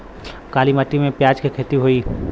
काली माटी में प्याज के खेती होई?